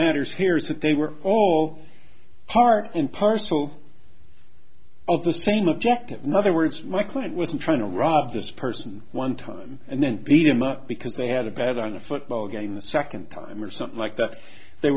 matters here is that they were all part and parcel of the same object another words my client was trying to rob this person one time and then beat him up because they had a bet on a football game the second time or something like that they